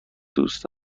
دوست